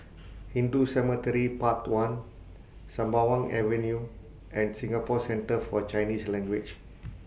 Hindu Cemetery Path one Sembawang Avenue and Singapore Centre For Chinese Language